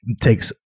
takes